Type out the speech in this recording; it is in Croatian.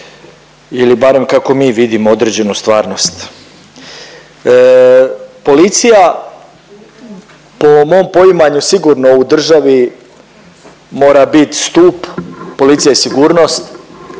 ili barem kako mi vidimo određenu stvarnost. Policija po mom poimanju sigurno u državi mora bit stup, policija je sigurnost,